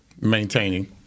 maintaining